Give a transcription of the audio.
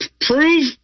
prove